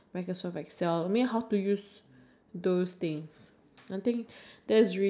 uh computer practical assessment or something I think it's something like that